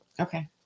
Okay